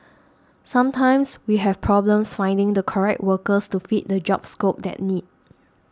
sometimes we have problems finding the correct workers to fit the job scope that need